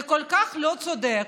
זה כל כך לא צודק,